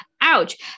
ouch